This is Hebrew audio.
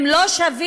הם לא שווים,